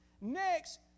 Next